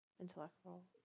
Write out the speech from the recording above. Intellectual